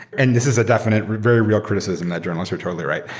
and this is a definite, very real criticism the journalists are totally right.